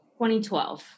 2012